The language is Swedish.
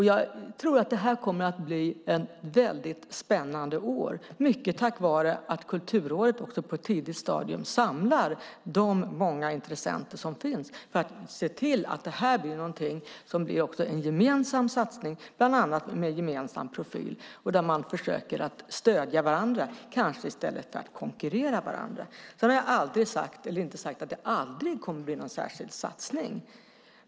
Jag tror att det kommer att bli ett väldigt spännande år, mycket tack vare att Kulturrådet också på ett tidigt stadium samlar de många intressenter som finns för att se till att det här blir en gemensam satsning, bland annat med en gemensam profil, där man kanske försöker att stödja varandra i stället för att konkurrera med varandra. Sedan har jag inte sagt att det aldrig kommer att bli någon särskild satsning.